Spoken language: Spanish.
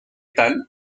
tal